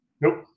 Nope